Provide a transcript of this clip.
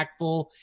impactful